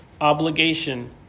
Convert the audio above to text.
obligation